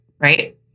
right